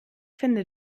finde